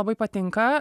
labai patinka